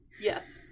Yes